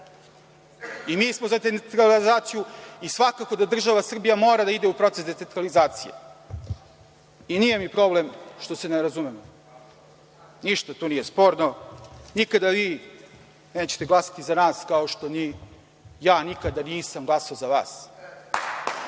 i nismo za decentralizaciju i svakako da država Srbija mora da ide u proces decentralizacije. Nije mi problem što se ne razumemo, ništa tu nije sporno, nikada vi nećete glasati za nas kao što ni ja nikada nisam glasao za vas. Ja